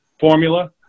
formula